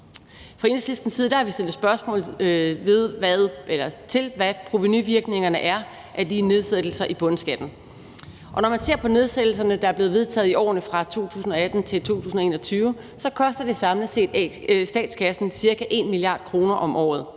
Fra Enhedslistens side har vi stillet spørgsmål til, hvad provenuvirkningerne af de nedsættelser i bundskatten er, og når man ser på de nedsættelser, der er blevet vedtaget i årene fra 2018 til 2021, så koster det statskassen samlet set ca. 1 mia. kr. om året,